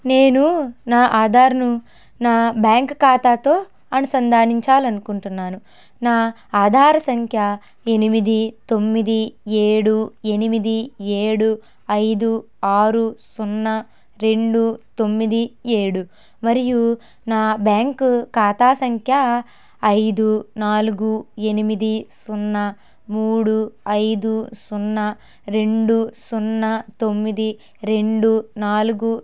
నేను నా ఆధార్ను నా బ్యాంకు ఖాతాతో అనుసంధానించాలనుకుంటున్నాను నా ఆధార్ సంఖ్య ఎనిమిది తొమ్మిది ఏడు ఎనిమిది ఏడు ఐదు ఆరు సున్నా రెండు తొమ్మిది ఏడు మరియు నా బ్యాంకు సంఖ్య ఐదు నాలుగు ఎనిమిది సున్నా మూడు ఐదు సున్నా రెండు సున్నా తొమ్మిది రెండు నాలుగు